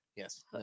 Yes